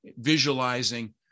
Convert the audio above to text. visualizing